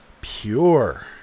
pure